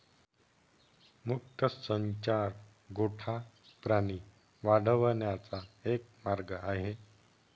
मुक्त संचार गोठा प्राणी वाढवण्याचा एक मार्ग आहे